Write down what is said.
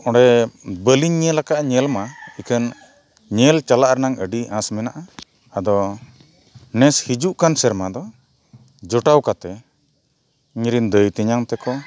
ᱚᱸᱰᱮ ᱵᱟᱹᱞᱤᱧ ᱧᱮᱞ ᱟᱠᱟᱜᱼᱟ ᱧᱮᱞᱢᱟ ᱤᱠᱷᱟᱹᱱ ᱧᱮᱞ ᱪᱟᱞᱟᱜ ᱨᱮᱱᱟᱜ ᱟᱹᱰᱤ ᱟᱥ ᱢᱮᱱᱟᱜᱼᱟ ᱟᱫᱚ ᱱᱮᱥ ᱦᱤᱡᱩᱜ ᱠᱟᱱ ᱥᱮᱨᱢᱟ ᱫᱚ ᱡᱚᱴᱟᱣ ᱠᱟᱛᱮᱫ ᱤᱧᱨᱮᱱ ᱫᱟᱹᱭ ᱛᱮᱧᱟᱝ ᱛᱟᱠᱚ